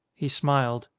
he smiled.